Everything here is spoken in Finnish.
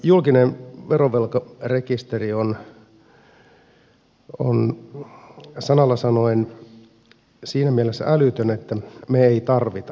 julkinen verovelkarekisteri on sanalla sanoen siinä mielessä älytön että me emme tarvitse sitä